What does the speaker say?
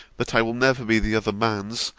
that i will never be the other man's,